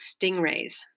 stingrays